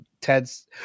ted's